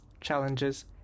challenges